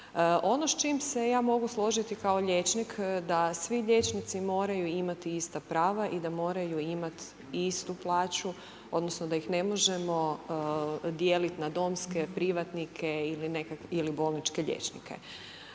Ono s čim se ja mogu složiti kao liječnik, da svi liječnici moraju imati ista prava i da moraju imat istu plaću, odnosno da ih ne možemo dijeliti na domske, privatnike ili bolničke liječnike.